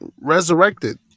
resurrected